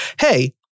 hey